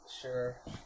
Sure